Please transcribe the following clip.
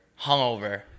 hungover